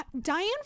Diane